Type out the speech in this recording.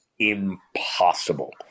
impossible